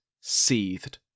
seethed